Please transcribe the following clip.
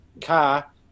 car